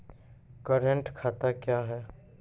Current खाता क्या हैं?